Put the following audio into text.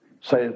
say